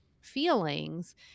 feelings